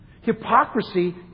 Hypocrisy